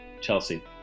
Chelsea